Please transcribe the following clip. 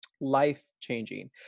life-changing